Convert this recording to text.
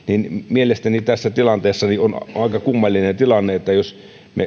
mielestäni tässä aika kummallinen tilanne